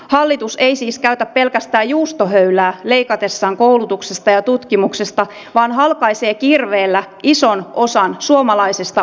hallitus ei siis käytä pelkästään juustohöylää leikatessaan koulutuksesta ja tutkimuksesta vaan halkaisee kirveellä ison osan suomalaisesta osaamispääomasta